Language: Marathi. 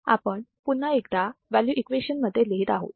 आपण पुन्हा एकदा व्हॅल्यू इक्वेशन मध्ये लिहित आहोत